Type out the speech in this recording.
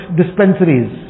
dispensaries